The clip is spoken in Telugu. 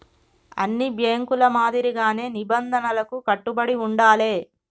అన్ని బ్యేంకుల మాదిరిగానే నిబంధనలకు కట్టుబడి ఉండాలే